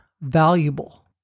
valuable